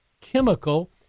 chemical